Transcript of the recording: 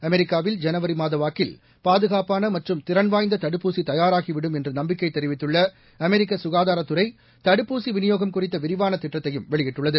அமெரிக்காவில் ஜனவரி மாத வாக்கில் பாதுகாப்பான மற்றும் திறன்வாய்ந்த தடுப்பூசி தயாராகிவிடும் என்று நம்பிக்கை தெரிவித்துள்ள அமெரிக்க சுகாதாரத்துறை தடுப்பூசி த்துவி வினியோகம் குறித்த விரிவான திட்டத்தையும் வெளியிட்டுள்ளது